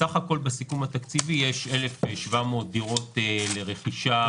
בסך הכול בסיכום התקציבי יש 1,700 דירות לרכישה.